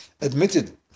admitted